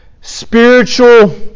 spiritual